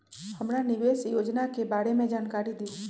हमरा निवेस योजना के बारे में जानकारी दीउ?